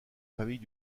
familles